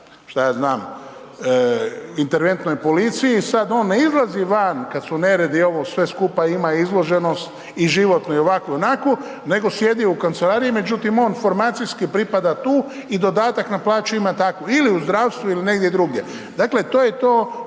pripada interventnoj policiji i sad on ne izlazi van kad su neredi i ovo sve skupa ima izloženost i životnu ovakvu i onakvu, nego sjedi u kancelariji, međutim on formacijski pripada tu i dodatak na plaću ima takvu ili u zdravstvu ili negdje drugdje. Dakle, to je to